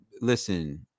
listen